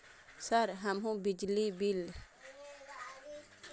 Sir हमू बिजली bill केना ऑनलाईन चुकेबे?